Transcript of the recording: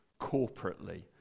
corporately